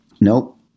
Nope